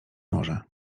może